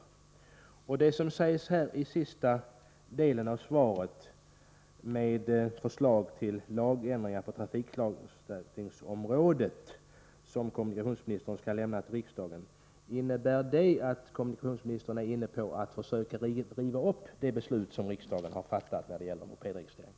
Innebär det som sägs i sista delen av svaret, att förslag till lagändring på trafiksäkerhetsområdet snart skall lämnas till riksdagen, att kommunikationsministern är inne på att försöka riva upp det beslut som riksdagen har fattat när det gäller mopedregistrering?